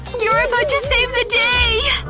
you're about to save the day!